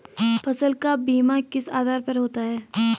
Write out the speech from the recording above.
फसल का बीमा किस आधार पर होता है?